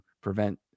prevent